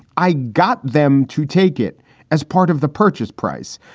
i got them to take it as part of the purchase price.